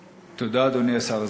תודה, אדוני השר.